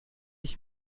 ich